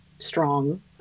strong